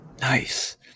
Nice